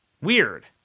Weird